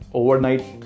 overnight